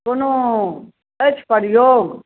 कोनो अछि प्रयोग